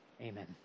Amen